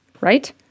right